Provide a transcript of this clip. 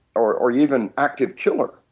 or or even active killer,